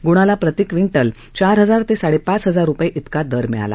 गुळाला प्रतिक्विंटल चार हजार ते साडेपाच हजार रुपये इतका दर मिळाला